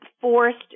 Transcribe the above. forced